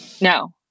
No